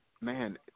Man